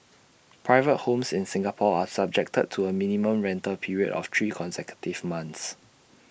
private homes in Singapore are subject to A minimum rental period of three consecutive months